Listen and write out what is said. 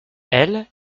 elle